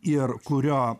ir kurio